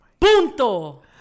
Punto